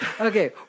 Okay